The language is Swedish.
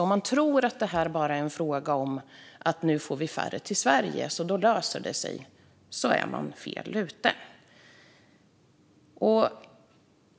Om man tror att frågan löser sig bara för att det nu är färre som kommer till Sverige är man fel ute.